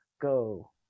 go